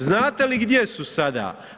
Znate li gdje su sada?